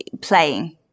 playing